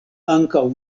ankaŭ